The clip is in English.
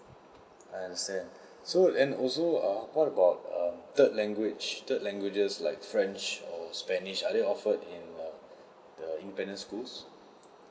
I understand so and also uh what about err third language third languages like french or spanish are they offered in err the independent schools